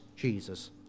Jesus